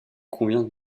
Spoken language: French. convient